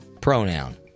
pronoun